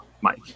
Mike